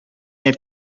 had